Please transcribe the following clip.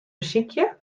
besykje